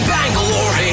Bangalore